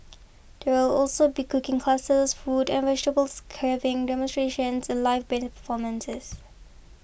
there will also be cooking classes fruit and vegetables carving demonstrations and live band performances